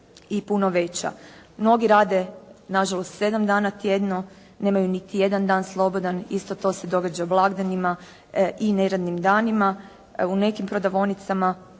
i puno veća. Mnogi rade na žalost sedam dana tjedno, nemaju niti jedan dan slobodan, isto to se događa blagdanima i neradnim danima. U nekim prodavaonicama